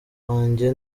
wanjye